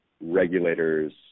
regulators